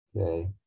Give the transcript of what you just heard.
Okay